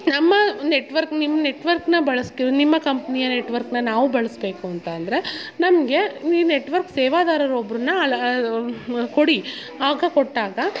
ನಮ್ಮ ನೆಟ್ವರ್ಕ್ ನಿಮ್ಮ ನೆಟ್ವರ್ಕ್ನ ಬಳಸ್ತೀವಿ ನಿಮ್ಮ ಕಂಪ್ನಿಯ ನೆಟ್ವರ್ಕ್ನ ನಾವು ಬಳಸಬೇಕು ಅಂತ ಅಂದ್ರೆ ನಮಗೆ ನೀವು ನೆಟ್ವರ್ಕ್ ಸೇವಾದಾರರು ಒಬ್ಬರನ್ನ ಅಳ ಕೊಡಿ ಆಗ ಕೊಟ್ಟಾಗ